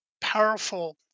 powerful